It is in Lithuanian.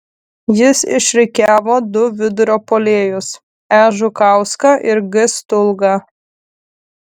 jis išrikiavo du vidurio puolėjus e žukauską ir g stulgą